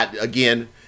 again